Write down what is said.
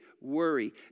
worry